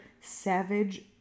Savage